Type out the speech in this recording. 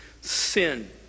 sin